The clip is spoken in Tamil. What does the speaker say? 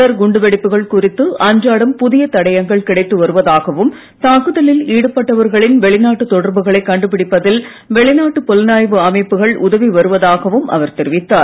தொடர் குண்டுவெடிப்புகள் குறித்து அன்றாடம் புதிய தடயங்கள் கிடைத்து வருவதாகவும் தாக்குதலில் ஈடுபட்டவர்களின் வெளிநாட்டு தொடர்புகளை கண்டுபிடிப்பதில் வெளிநாட்டுப் புலனாய்வு அமைப்புகள் உதவி வருவதாகவும் அவர் தெரிவித்தார்